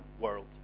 world